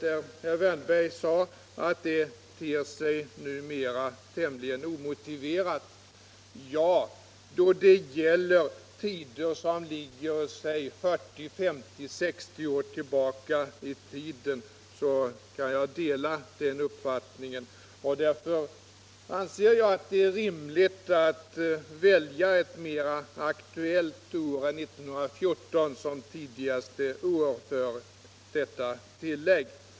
Herr Wärnberg sade att det numera ter sig tämligen omotiverat. Ja, då det gäller tidpunkter som ligger 40-50-60 år tillbaka i tiden kan jag dela den uppfattningen. Därför anser jag att det är rimligt att välja ett mer aktuellt år än 1914 som tidigaste år för detta tillägg.